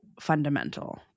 fundamental